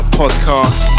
podcast